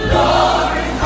Glory